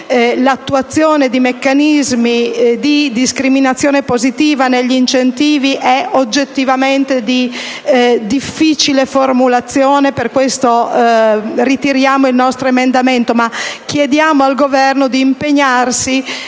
l’attuazione di meccanismi di discriminazione positiva negli incentivi e oggettivamente di difficile formulazione. Per questo motivo ritiriamo il nostro emendamento, ma chiediamo al Governo di impegnarsi